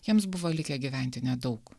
jiems buvo likę gyventi nedaug